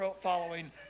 following